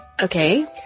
Okay